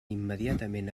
immediatament